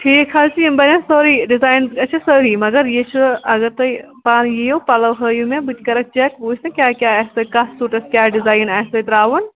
ٹھیٖک حظ چھِ یِم بَنن سورُے ڈِزایِن أسۍ چھِ سٲری مگر یہِ چھُ اگر تُہۍ پانہٕ یِیِو پَلو ہٲیِو مےٚ بہٕ تہِ کَرَکھ چیک بہٕ وٕچھ نہ کیٛاہ کیٛاہ آسہِ تۄہہِ کَتھ سوٗٹَس کیٛاہ ڈِزایِن آسہِ تۄہہِ ترٛاوُن